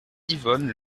yvonne